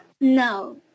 no